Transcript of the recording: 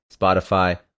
Spotify